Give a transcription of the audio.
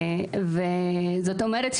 זאת אומרת,